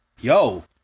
yo